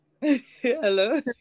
Hello